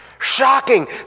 Shocking